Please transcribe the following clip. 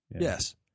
Yes